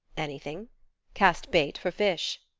anything cast bait for fish.